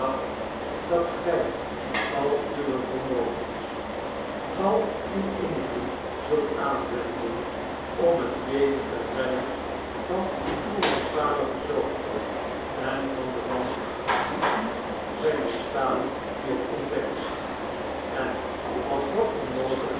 dat gij al uwe vermogens al uw invloed zult aanwenden om het leven te redden van uw rampzaligen zoon en van den man die u zijn bestaan heeft ontdekt en als dat onmogelijk